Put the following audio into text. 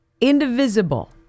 indivisible